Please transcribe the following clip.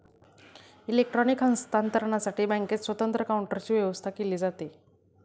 electronic हस्तांतरणसाठी बँकेत स्वतंत्र काउंटरची व्यवस्था केली जाते